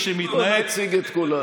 בוא נציג את כולן.